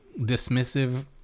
dismissive